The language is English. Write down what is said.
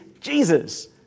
Jesus